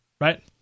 right